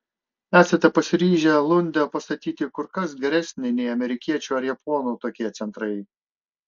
esate pasiryžę lunde pastatyti kur kas geresnį nei amerikiečių ar japonų tokie centrai